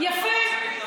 יפה.